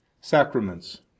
sacraments